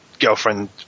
girlfriend